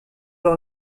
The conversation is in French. leur